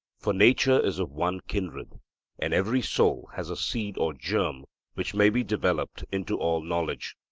for nature is of one kindred and every soul has a seed or germ which may be developed into all knowledge.